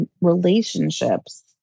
relationships